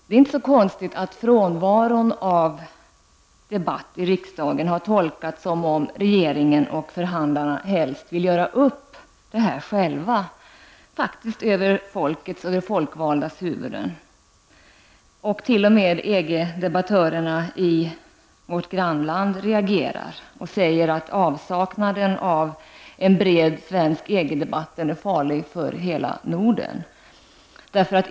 Det är inte så konstigt att frånvaron av debatt i riksdagen har tolkats som om regeringen och förhandlarna helst vill göra upp det här själva över folkets och de folkvaldas huvuden. T.o.m. EG-debattörer i vårt grannland reagerar och säger att avsaknaden av en bred svensk EG-debatt är farlig för hela Norden.